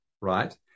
right